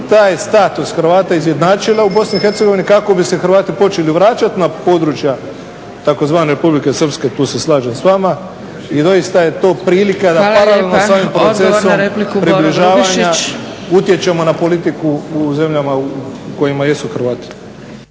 taj status Hrvata izjednačile u Bosni i Hercegovini, kako bi se Hrvati počeli vraćati na područja tzv. Republike Srpske, tu se slažem s vama. I doista je to prilika da paralelno sa ovim procesom približavanja utječemo na politiku u zemljama u kojima jesu Hrvati.